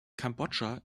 kambodscha